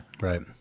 Right